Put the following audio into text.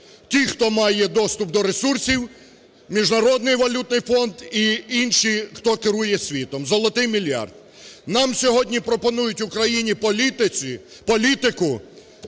Ті, хто має доступ до ресурсів, Міжнародний валютний фонд і інші, хто керує світом – "золотий мільярд". Нам сьогодні пропонують, Україні, політику